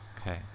Okay